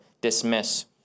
dismiss